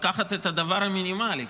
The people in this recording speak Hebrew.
לקחת את הדבר המינימלי,